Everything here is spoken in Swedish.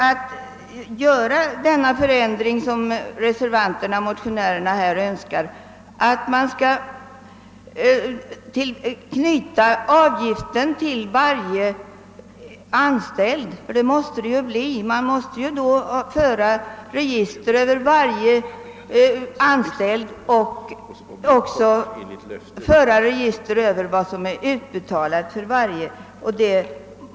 Att göra den förändring som motionärerna och reservanterna önskar och knyta avgiften till varje anställd — ty så måste det ju bli — skulle innebära att det behövde föras ett register över vad som be talas för varje anställd.